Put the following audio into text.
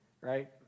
right